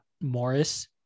Morris